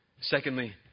secondly